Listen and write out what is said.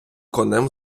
конем